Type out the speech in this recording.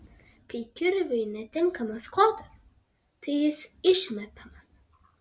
kai kirviui netinkamas kotas tai jis išmetamas